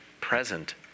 present